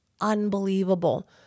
unbelievable